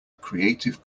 creative